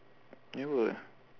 never